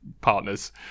partners